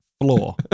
floor